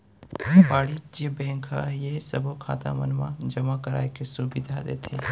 वाणिज्य बेंक ह ये सबो खाता मन मा जमा कराए के सुबिधा देथे